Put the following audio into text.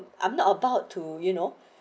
I'm not about to you know